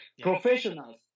Professionals